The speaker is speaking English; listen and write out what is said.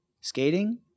Skating